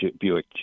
Buick